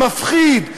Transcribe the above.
מפחיד,